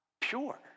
pure